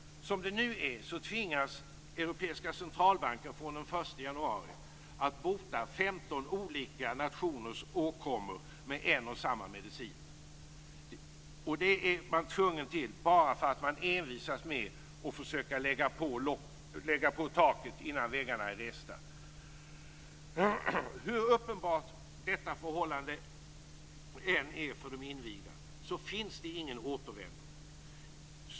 Som det nu är tvingas Europeiska centralbanken från den 1 januari att bota 15 olika nationers åkommor med en och samma medicin. Det är man tvungen till bara därför att man envisas med att försöka lägga på taket innan väggarna är resta. Hur uppenbart detta förhållande än är för de invigda finns det ingen återvändo.